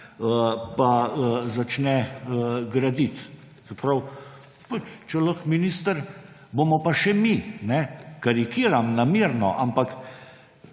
pa začne graditi. Se pravi, če lahko minister, bomo pa še mi, karikiram namerno. Ampak